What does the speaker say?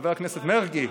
חבר הכנסת מרגי.